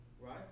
right